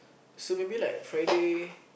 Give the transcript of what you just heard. so maybe like Friday